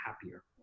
happier